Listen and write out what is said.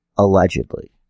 Allegedly